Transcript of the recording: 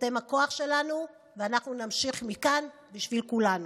אתם הכוח שלנו, ואנחנו נמשיך מכאן בשביל כולנו.